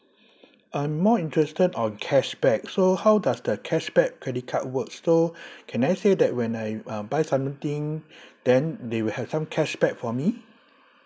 I'm more interested on cashback so how does the cashback credit card work so can I say that when I um buy something then they will have some cashback for me